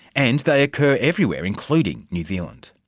and they occur everywhere, including new zealand.